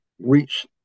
reach